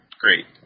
Great